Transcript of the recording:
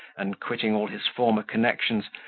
and quitting all his former connections,